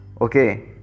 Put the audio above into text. okay